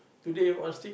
today one stick